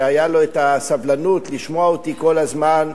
שהיתה לו הסבלנות לשמוע אותי כל הזמן,